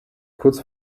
kurz